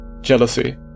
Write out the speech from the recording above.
jealousy